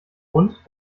rund